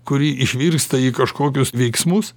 kuri išvirsta į kažkokius veiksmus